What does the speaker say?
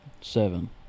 seven